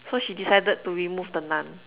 so she decided to remove the Nun